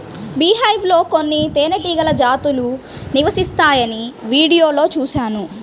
beehive లో కొన్ని తేనెటీగ జాతులు నివసిస్తాయని వీడియోలో చూశాను